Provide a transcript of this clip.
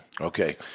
Okay